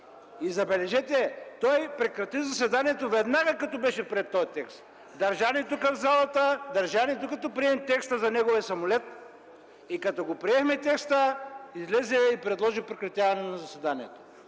забележете, прекрати заседанието веднага след като беше приет този текст. Държа ни тук в залата, докато приемем текста за неговия самолет и като го приехме, излезе и предложи прекратяване на заседанието.